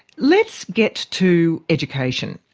let's get to education,